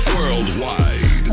worldwide